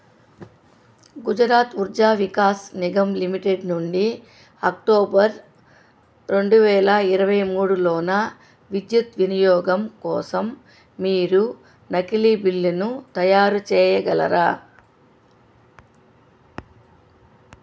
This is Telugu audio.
గుజరాత్ ఉర్జా వికాస్ నిగమ్ లిమిటెడ్ నుండి అక్టోబర్ రెండు వేల ఇరవై మూడులోన విద్యుత్ వినియోగం కోసం మీరు నకిలీ బిల్లును తయారు చేయగలరా